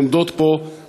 עומדות פה,